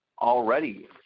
already